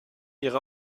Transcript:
ihre